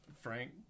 Frank